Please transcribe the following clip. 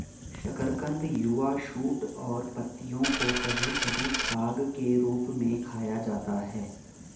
शकरकंद युवा शूट और पत्तियों को कभी कभी साग के रूप में खाया जाता है